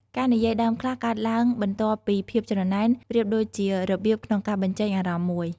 ការនិយាយដើមខ្លះកើតឡើងបន្ទាប់ពីភាពច្រណែន ប្រៀបដូចជារបៀបក្នុងការបញ្ចេញអារម្មណ៍មួយ។